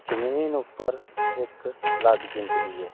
जमीन उप्पर इक अलग जिंदगी ऐ